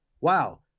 wow